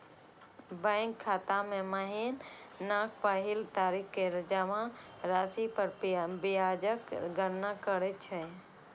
bank खाता मे महीनाक पहिल तारीख कें जमा राशि पर ब्याजक गणना करै छै